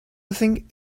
think